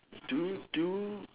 do you do